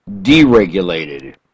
deregulated